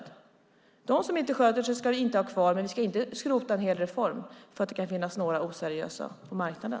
De företag som inte sköter sig ska vi inte ha kvar. Men vi ska inte skrota en hel reform för att det kan finnas några oseriösa på marknaden.